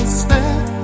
step